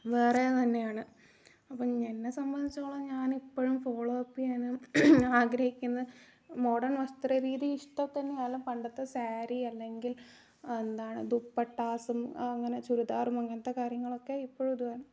വേറെ തന്നെയാണ് അപ്പം എന്നെ സംബന്ധിച്ചോളം ഞാൻ ഇപ്പോഴും ഫോളോ അപ്പ് ചെയ്യാനും ആഗ്രഹിക്കുന്ന മോഡേൺ വസ്ത്ര രീതി ഇഷ്ടം തന്നെയാണ് പണ്ടത്തെ സാരി അല്ലെങ്കിൽ എന്താണ് ദുപ്പട്ടാസും അങ്ങനെ ചുരിദാറും അങ്ങനത്തെ കാര്യങ്ങൾ ഒക്കെ ഇപ്പോഴും ഇടുവാണ്